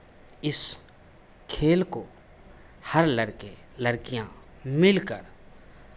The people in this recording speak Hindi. इस खेल को हर लड़के लड़कियां मिल कर